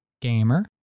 gamer